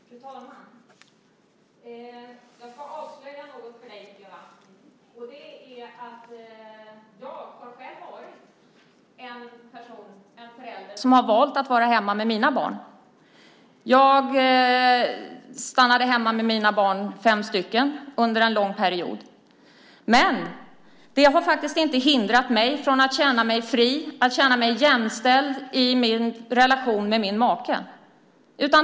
Fru talman! Jag ska avslöja något för dig, Eva: Jag har själv varit en förälder som har valt att vara hemma med mina barn. Jag stannade hemma med mina fem barn under en lång period. Men det har faktiskt inte hindrat mig från att känna mig fri och jämställd i relationen med min make.